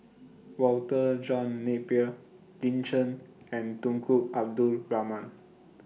Walter John Napier Lin Chen and Tunku Abdul Rahman